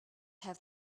have